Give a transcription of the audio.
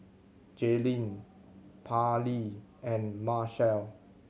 Jaylene Parlee and Marshall